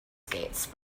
skates